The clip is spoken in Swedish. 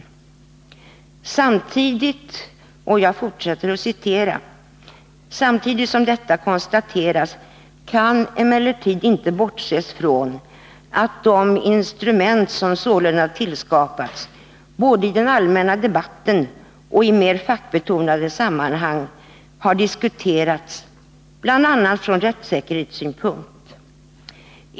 Samtidigt som detta konstateras kan emellertid inte bortses från att de instrument som sålunda tillskapats både i den allmänna debatten och i mera fackbetonade sammanhang har diskuterats bl.a. från rättssäkerhetssynpunkt.